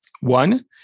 One